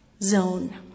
Zone